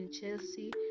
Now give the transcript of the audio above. Chelsea